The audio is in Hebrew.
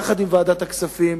יחד עם ועדת הכספים,